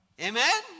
amen